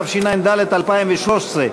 התשע"ד 2013,